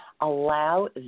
allow